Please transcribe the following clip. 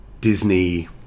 Disney